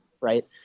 Right